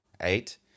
eight